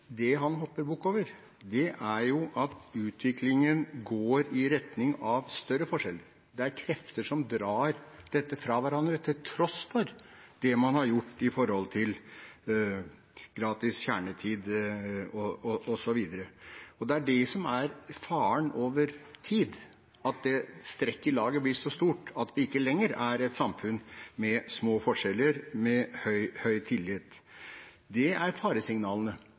det han hopper bukk over, er at utviklingen går i retning av større forskjeller, det er krefter som drar dette fra hverandre til tross for det man har gjort når det gjelder gratis kjernetid osv. Det er det som er faren over tid, at strekket i laget blir så stort at vi ikke lenger er et samfunn med små forskjeller med høy tillit. Det er faresignalene